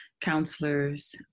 counselors